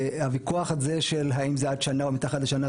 והוויכוח הזה שאם זה עד שנה או מתחת לשנה,